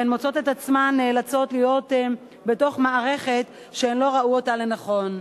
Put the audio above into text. והן מוצאות את עצמן נאלצות להיות במערכת שהן לא ראו אותה לנכון.